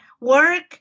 work